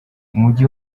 umujyi